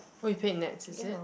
oh you paid Nets is it